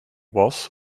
was